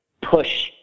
push